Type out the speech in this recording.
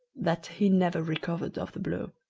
that he never recovered of the blow.